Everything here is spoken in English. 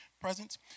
presence